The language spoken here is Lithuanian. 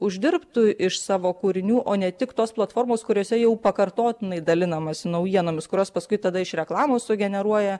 uždirbtų iš savo kūrinių o ne tik tos platformos kuriose jau pakartotinai dalinamasi naujienomis kurios paskui tada iš reklamos sugeneruoja